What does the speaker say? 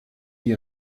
wie